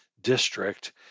district